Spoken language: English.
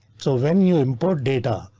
so when you import data,